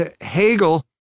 Hegel